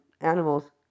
animals